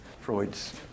Freud's